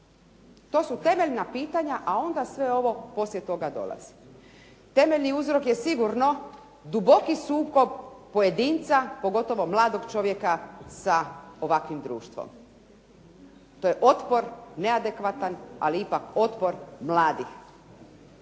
To su temeljna pitanja a onda sve ovo poslije toga dolazi. Temeljni uzrok je sigurno duboki sukob pojedinca, pogotovo mladog čovjeka sa ovakvim društvom. To je otpor neadekvatan ali ipak otpor mladih.